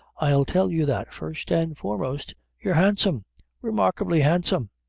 i'll tell you that. first and foremost, you're handsome remarkably handsome.